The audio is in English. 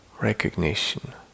recognition